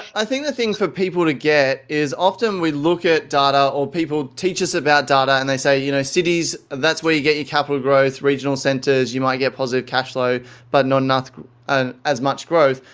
i think the thing for people to get is often we look at data or people teach us about data and they say you know cities, that's where you get your capital growth. regional centers, you might get positive cash flow but not as much growth.